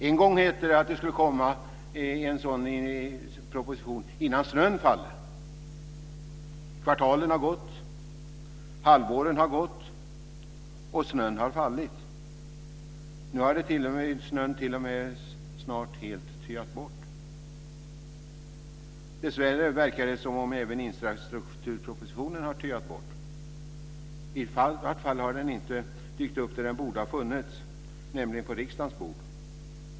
En gång hette det att det skulle komma en sådan proposition innan snön faller. Kvartalen har gått, halvåren har gått och snön har fallit. Nu har snön t.o.m. snart helt töat bort. Dessvärre verkar det som om även infrastrukturpropositionen har töat bort. I vart fall har den inte dykt upp där den borde ha funnits, nämligen på riksdagens bord.